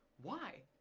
why?